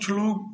कुछ लोग